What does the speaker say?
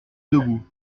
debout